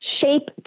shape